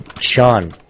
Sean